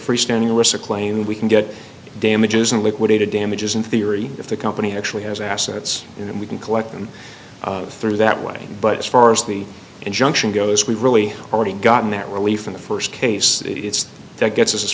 and we can get damages and liquidated damages in theory if the company actually has assets in and we can collect them through that way but as far as the injunction goes we really already gotten that relief in the first case it's that gets us as